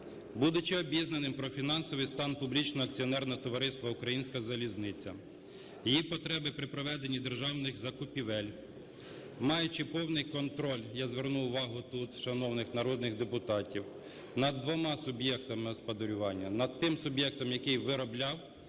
будучи обізнаним про фінансовий стан публічного акціонерного товариства "Українська залізниця", її потреби при проведенні державних закупівель, маючи повний контроль, я зверну увагу тут шановних народних депутатів, над двома суб'єктами господарювання: над тим суб'єктом, який виробляв